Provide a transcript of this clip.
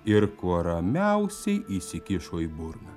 ir kuo ramiausiai įsikišo į burną